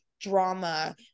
drama